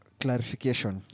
clarification